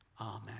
Amen